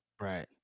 Right